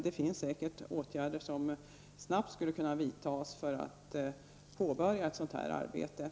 Det finns säkert åtgärder som snabbt skulle kunna vidtas för att man skulle kunna påbörja arbetet.